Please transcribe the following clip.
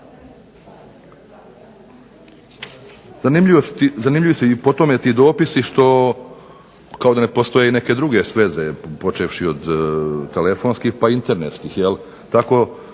Zanimljivi su i po tome ti dopisi što kao da ne postoje i neke druge sveze počevši od telefonskih pa internetskih jel'. Tako